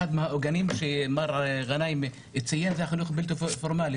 אחד מהעוגנים שמר גנאים ציין זה החינוך הבלתי פורמלי.